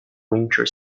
winter